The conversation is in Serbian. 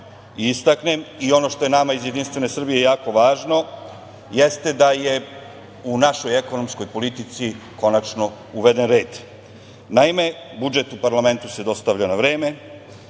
i istaknem i ono što je nama iz JS jako važno jeste da je u našoj ekonomskoj politici konačno uveden red. Naime, budžet u parlamentu se dostavlja na vreme